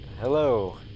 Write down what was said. Hello